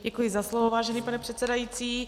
Děkuji za slovo, vážený pane předsedající.